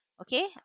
Okay